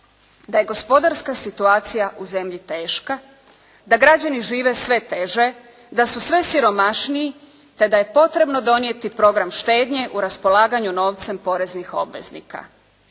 da je gospodarska situacija u zemlji teška, da građani žive sve teže, da su sve siromašniji te da je potrebno donijeti program štednje u raspolaganju novcem poreznih obveznika.